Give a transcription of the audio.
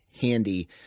handy